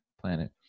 planet